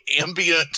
ambient